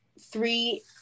three